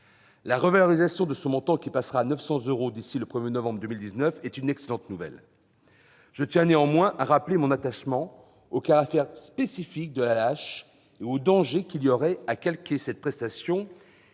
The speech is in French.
La revalorisation de son montant, qui passera à 900 euros d'ici au 1 novembre 2019, est une excellente nouvelle. Je tiens néanmoins à rappeler mon attachement au caractère spécifique de l'AAH et au danger qu'il y aurait à calquer sur cette prestation,